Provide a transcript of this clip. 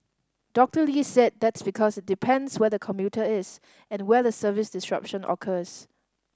Doctor Lee said that's because it depends where the commuter is and where the service disruption occurs